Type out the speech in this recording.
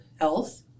health